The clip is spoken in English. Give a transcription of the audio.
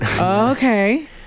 Okay